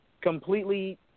completely